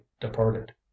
departed